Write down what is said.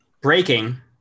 Breaking